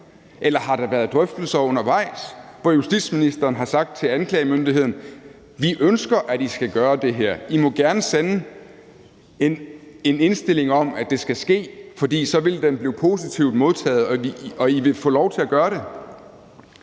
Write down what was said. eller har der været drøftelser undervejs, hvor justitsministeren har sagt til anklagemyndigheden: Vi ønsker, at I skal gøre det her, I må gerne sende en indstilling om, at det skal ske, for så vil den blive positivt modtaget, og I vil få lov til at gøre det?